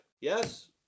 Yes